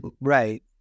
Right